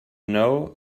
know